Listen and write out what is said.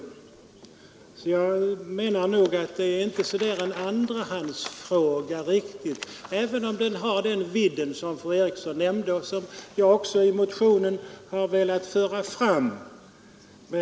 Därför menar jag att frågan om dödsbegreppet inte riktigt är en ”andrahandsfråga”, även om den har den vidd fru Eriksson för övrigt nämnde och som jag i motionen också framfört.